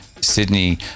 Sydney